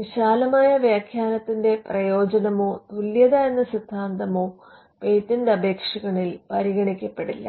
വിശാലമായ വ്യാഖ്യാനത്തിന്റെ പ്രയോജനമോ തുല്യത എന്ന സിദ്ധാന്തമോ പേറ്റന്റ് അപേക്ഷകനിൽ പരിഗണിക്കപ്പെടില്ല